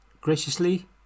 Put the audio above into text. graciously